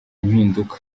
impinduka